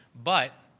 but